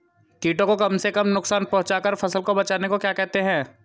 कीटों को कम से कम नुकसान पहुंचा कर फसल को बचाने को क्या कहते हैं?